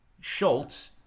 Schultz